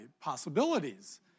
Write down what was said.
possibilities